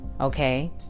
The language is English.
okay